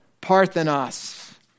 Parthenos